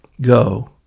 Go